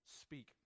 speak